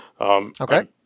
Okay